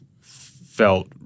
felt